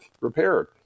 repaired